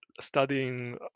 Studying